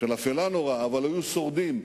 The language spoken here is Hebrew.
של אפלה נוראה, אבל היו שורדים.